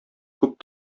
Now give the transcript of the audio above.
күп